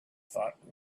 thought